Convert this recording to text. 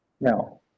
Now